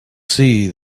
see